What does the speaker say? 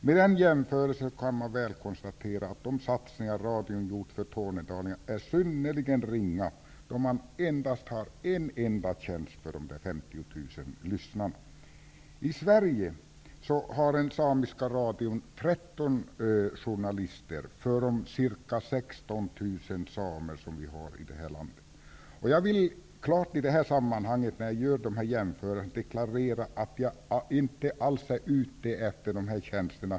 Med den jämförelsen kan man konstatera att de satsningar radion gjort för tornedalingarna är synnerligen ringa, då man endast har en enda tjänst för dessa journalister för de ca 16 000 samer som finns i det här landet. När jag gör dessa jämförelser vill jag klart deklarera att jag inte alls är ute efter de tjänsterna.